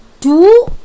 two